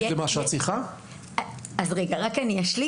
יש לי.